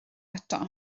eto